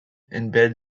embed